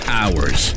hours